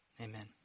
Amen